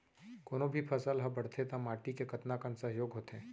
कोनो भी फसल हा बड़थे ता माटी के कतका कन सहयोग होथे?